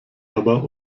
aber